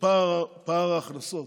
שפער ההכנסות